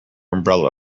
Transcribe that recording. umbrella